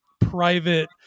private